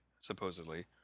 supposedly